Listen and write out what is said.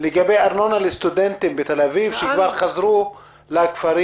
לגבי ארנונה לסטודנטים בתל אביב שכבר חזרו לכפרים